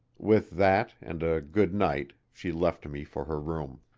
with that and a good night she left me for her room.